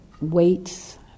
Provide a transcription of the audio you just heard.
weights